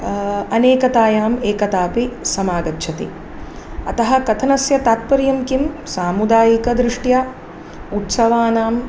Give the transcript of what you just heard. अनेकतायाम् एकतापि समागच्छति अतः कथनस्य तात्पर्यं किं सामुदायिकदृष्ट्या उत्सवानां